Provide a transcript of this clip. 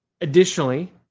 additionally